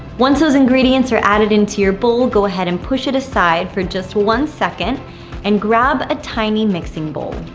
once those ingredients are added into your bowl, go ahead and push it aside for just one second and grab a tiny mixing bowl.